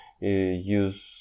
use